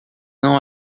não